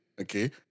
Okay